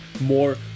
more